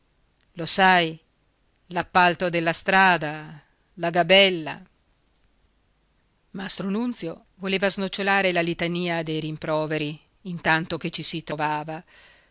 lo sai l'appalto della strada la gabella mastro nunzio voleva snocciolare la litania dei rimproveri intanto che ci si trovava